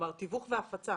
תיווך והפצה.